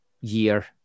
year